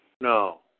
No